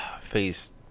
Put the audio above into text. Phase